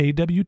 AWT